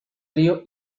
río